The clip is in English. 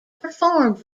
performed